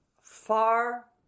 far